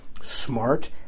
smart